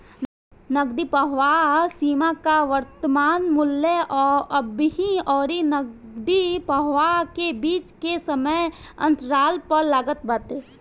नगदी प्रवाह सीमा कअ वर्तमान मूल्य अबही अउरी नगदी प्रवाह के बीच के समय अंतराल पअ लागत बाटे